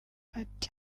ati